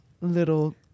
little